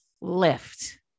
lift